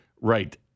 right